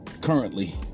currently